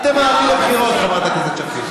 אל תמהרי לבחירות, חברת הכנסת שפיר.